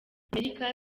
amerika